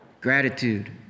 Gratitude